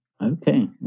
Okay